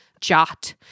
Jot